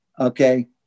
Okay